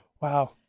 Wow